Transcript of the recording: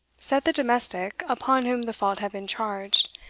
said the domestic upon whom the fault had been charged,